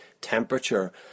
temperature